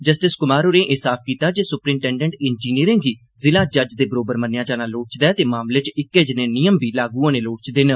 justice Kumar होरें एह् साफ कीता जे सुपरीटेंडेंट इंजीनियरें गी जिला जज दे बरोबर मन्नेआ जाना लोड़चदा ते मामले च इक्कै जनेह नियम लागू होने लोड़चदे न